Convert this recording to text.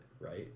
Right